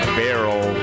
barrel